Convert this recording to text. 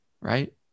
Right